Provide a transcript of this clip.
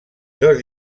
dos